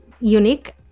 unique